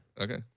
Okay